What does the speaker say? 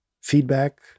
feedback